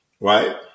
right